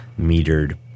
metered